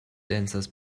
dancers